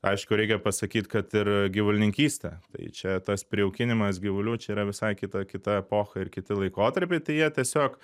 aišku reikia pasakyt kad ir gyvulininkystė tai čia tas prijaukinimas gyvulių čia yra visai kita kita epocha ir kiti laikotarpiai tai jie tiesiog